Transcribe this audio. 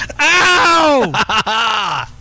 Ow